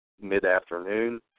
mid-afternoon